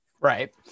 Right